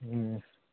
ꯎꯝ